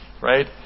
right